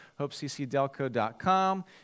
HopeCCDelco.com